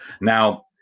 Now